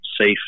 safe